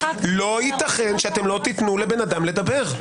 לא ייתכן שלא תיתנו לבן אדם לדבר.